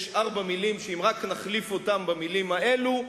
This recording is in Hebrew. יש ארבע מלים שאם רק נחליף אותן במלים האלו,